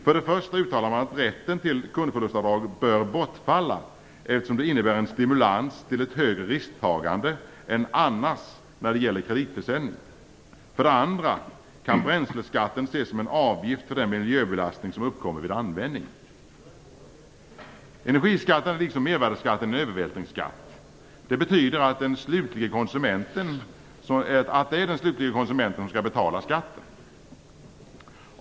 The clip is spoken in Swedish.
För det första uttalar man att rätten till kundförlustavdrag bör bortfalla, eftersom det innebär en stimulans till ett högre risktagande än annars när det gäller kreditförsäljning. För det andra kan bränsleskatten ses som en avgift för den miljöbelastning som uppkommer vid användning. Energiskatten är liksom mervärdesskatten en övervältringsskatt. Det betyder att det är den slutlige konsumenten som skall betala skatten.